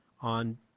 on